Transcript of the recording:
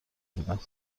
بودم